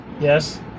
Yes